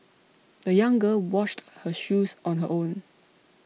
the young girl washed her shoes on her own